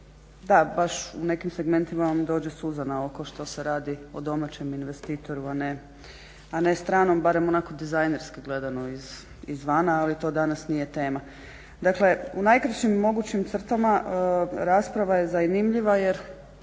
da baš u nekim segmentima vam dođe suza na oko što se radi o domaćem investitoru, a ne stranom barem onako dizajnerski gledano izvana ali to danas nije tema. Dakle, u najkraćim mogućim crtama rasprava je zanimljiva jer